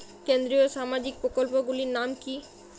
কেন্দ্রীয় সামাজিক প্রকল্পগুলি নাম কি কি?